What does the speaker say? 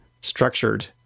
structured